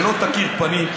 ולא תכיר פנים,